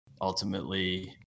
Ultimately